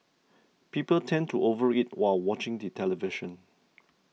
people tend to over eat while watching the television